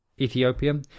Ethiopia